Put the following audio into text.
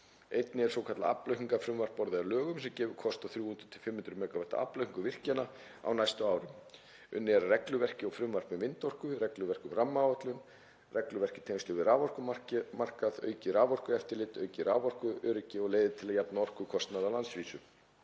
Einnig er svokallað aflaukningarfrumvarp orðið að lögum sem gefur kost á 300–500 MW aflaukningu virkjana á næstu árum. Unnið er að regluverki og frumvarpi um vindorku, regluverki um rammaáætlun, regluverki í tengslum við raforkumarkað, aukið raforkueftirlit, aukið raforkuöryggi, leiðir til að jafna orkukostnað á landsvísu,